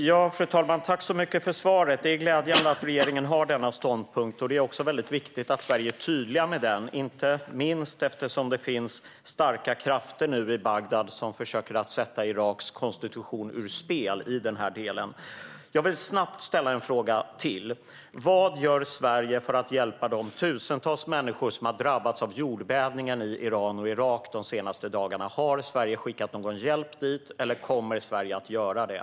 Fru talman! Tack så mycket för svaret! Det är glädjande att regeringen har denna ståndpunkt. Det är också mycket viktigt att Sverige är tydligt med denna, inte minst eftersom det nu finns starka krafter i Bagdad som försöker att sätta Iraks konstitution ur spel i den här delen. Jag vill snabbt ställa en fråga till. Vad gör Sverige för att hjälpa de tusentals människor som har drabbats av jordbävningen i Iran och Irak de senaste dagarna? Har Sverige skickat någon hjälp dit eller kommer Sverige att göra det?